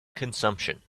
consumption